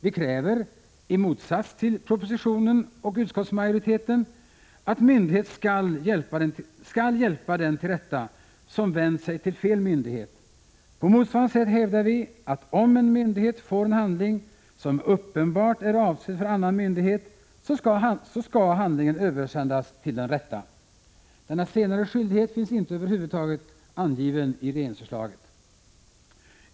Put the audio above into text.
Vi kräver — i motsats till propositionen och utskottsmajoriteten — att myndighet skall hjälpa den till rätta som vänder sig till fel myndighet. På motsvarande sätt hävdar vi att om en myndighet får en handling som uppenbarligen är avsedd för annan myndighet, skall handlingen översändas till den rätta myndigheten. Denna senare skyldighet finns över huvud taget ej angiven i regeringsförslaget.